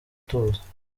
tuza